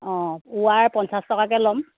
অঁ ওৱাৰ পঞ্চাছ টকাকৈ লম